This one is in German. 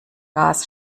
gas